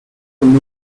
sommes